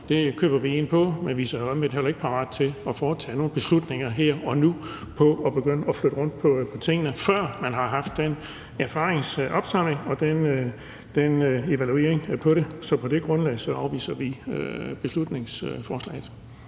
for, køber vi, men vi er så omvendt heller ikke parat til at træffe nogle beslutninger her og nu om at begynde at flytte rundt på tingene, før vi har haft den her erfaringsopsamling og evaluering af det. Så på det grundlag afviser vi beslutningsforslaget.